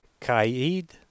Kaid